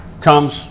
comes